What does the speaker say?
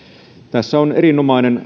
tässä on erinomainen